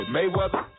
Mayweather